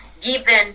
given